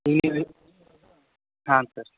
ಇಲ್ಲಿ ಹಾಂ ಸರ್